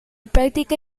práctica